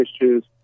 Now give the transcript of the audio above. issues